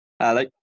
Hello